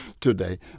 today